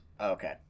Okay